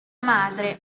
madre